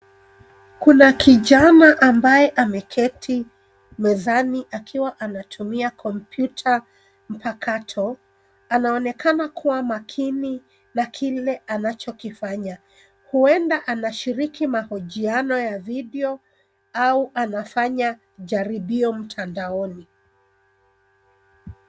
Kuna kijana ambaye ameketi mezani akiwa anatumia kompyuta mpakato, anaonekana kuwa makini na kile anachokifanya. Huenda anashiriki mahojiano ya video au anafanya jaribio mtandaoni.